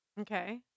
Okay